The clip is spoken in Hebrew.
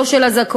לא של אזעקות,